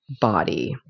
body